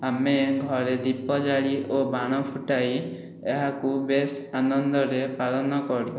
ଆମେ ଘରେ ଦୀପ ଜାଳି ଓ ବାଣ ଫୁଟାଇ ଏହାକୁ ବେଶ ଆନନ୍ଦରେ ପାଳନ କରୁ